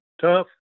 Tough